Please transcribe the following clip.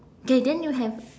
K then you have